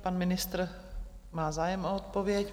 Pan ministr má zájem o odpověď.